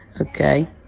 Okay